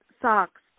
socks